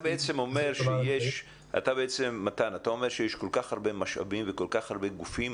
אתה אומר שיש כל כך הרבה משאבים וכל כך הרבה גופים,